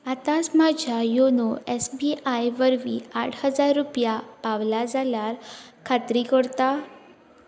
आतांच म्हाज्या YONO S B I वरवीं आठ हजार रुपया पावला जाल्यार खात्री करता